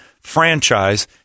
franchise